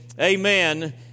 Amen